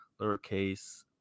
lowercase